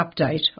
update